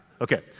Okay